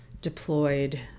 deployed